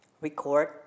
record